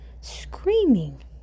screaming